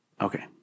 Okay